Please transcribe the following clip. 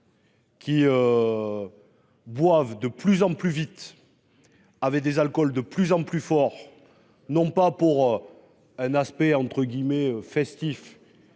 Qui. Boivent de plus en plus vite. Avait des alcools de plus en plus fort, non pas pour. Un aspect entre guillemets festif.